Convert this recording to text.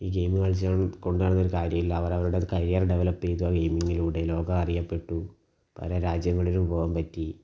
ഈ ഗെയിം കളിച്ചാലും കൊണ്ട് നടന്നിട്ട് കാര്യമില്ല അവര് അവരുടെ കരിയർ ഡെവലപ്പ് ചെയ്ത് ഗെയിമിങ്ങിലൂടെ ലോകം അറിയപ്പെട്ടു പല രാജ്യങ്ങളിലും പോകാൻ പോകാൻ പറ്റി